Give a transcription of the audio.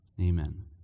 Amen